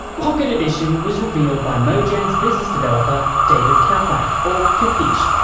pocket edition was revealed by mojang's business developer david kaplan, or kappische,